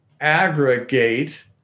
aggregate